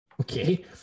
Okay